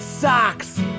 Socks